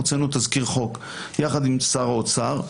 הוצאנו תזכיר חוק יחד עם שר האוצר,